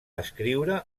escriure